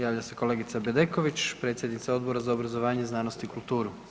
Javlja se kolegica Bedeković, predsjednica Odbora za obrazovanje, znanost i kulturu.